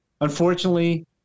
unfortunately